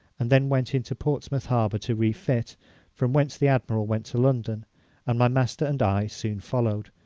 and then went into portsmouth harbour to refit from whence the admiral went to london and my master and i soon followed,